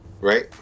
Right